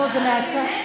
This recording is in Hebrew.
זה מהצד,